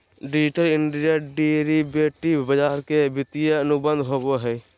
digital India derivative बाजार के वित्तीय अनुबंध होबो हइ